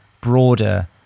broader